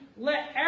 Let